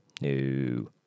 No